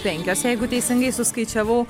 penkios jeigu teisingai suskaičiavau